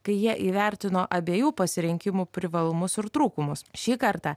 kai jie įvertino abiejų pasirinkimų privalumus ir trūkumus šį kartą